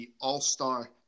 All-Star